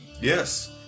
Yes